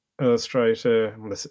illustrator